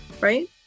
Right